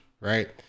right